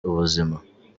ubuzima